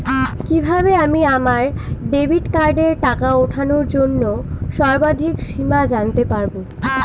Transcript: কিভাবে আমি আমার ডেবিট কার্ডের টাকা ওঠানোর সর্বাধিক সীমা জানতে পারব?